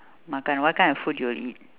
makan what kind of food you will eat